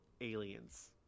aliens